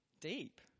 deep